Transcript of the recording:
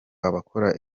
abakora